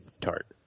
tart